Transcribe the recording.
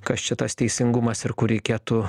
kas čia tas teisingumas ir kur reikėtų